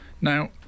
now